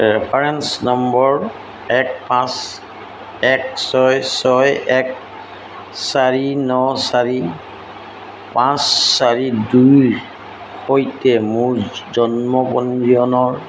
reference number এক পাঁচ এক ছয় ছয় এক চাৰি ন চাৰি পাঁচ চাৰি দুইৰ সৈতে মোৰ জন্ম পঞ্জীয়নৰ